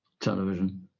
television